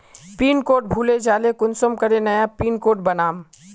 Pin code भूले जाले कुंसम करे नया पिन कोड बनाम?